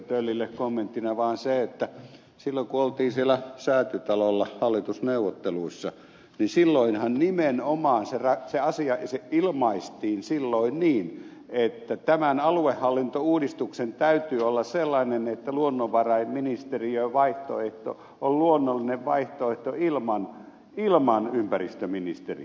töllille kommenttina vaan se että silloin kun oltiin säätytalolla hallitusneuvotteluissa niin silloinhan nimenomaan se asia ilmaistiin niin että tämän aluehallintouudistuksen täytyy olla sellainen että luonnonvarainministeriövaihtoehto on luonnollinen vaihtoehto ilman ympäristöministeriötä